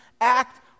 act